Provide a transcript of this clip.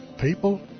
people